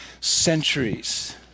centuries